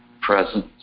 presence